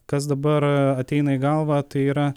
kas dabar ateina į galvą tai yra